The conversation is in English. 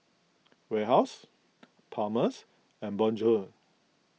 Warehouse Palmer's and Bonjour